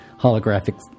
holographic